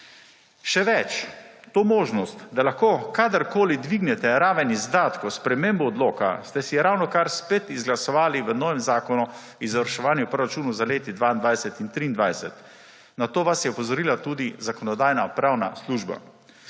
Še več! To možnost, da lahko kadarkoli dvignete raven izdatkov, spremembo odloka, ste si ravnokar spet izglasovali v novem Zakonu o izvrševanju proračunov za leti 2022 in 2023. Na to vas je opozorila tudi Zakonodajno-pravna služba.